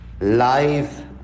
live